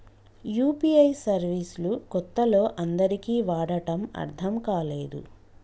UPI service లు కొత్తలో అందరికీ వాడటం అర్థం కాలేదు